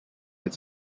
its